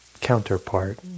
counterpart